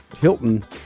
Hilton